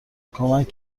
کمک